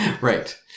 right